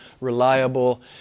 reliable